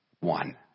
One